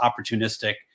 opportunistic